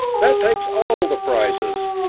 that takes all the prizes!